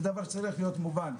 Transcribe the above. זה דבר שצריך להיות מובן.